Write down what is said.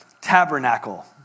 tabernacle